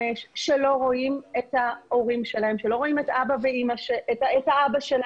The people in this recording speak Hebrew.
5 שלא רואים את אבא שלהם,